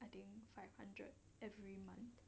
I think five hundred every month